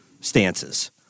stances